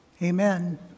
Amen